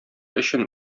өчен